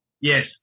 Yes